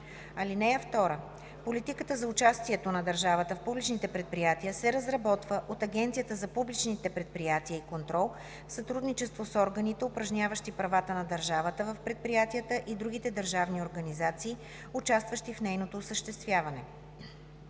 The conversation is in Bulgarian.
(2) Политиката за участието на държавата в публичните предприятия се разработва от Агенцията за публичните предприятия и контрол в сътрудничество с органите, упражняващи правата на държавата в предприятията и другите държавни организации, участващи в нейното осъществяване.